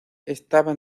estaba